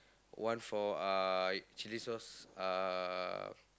one for uh chilli sauce uh